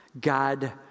God